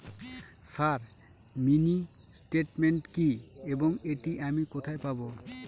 Sir mini statement কি এবং এটি আমি কোথায় পাবো?